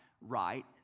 right